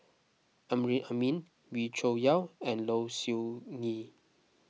Amrin Amin Wee Cho Yaw and Low Siew Nghee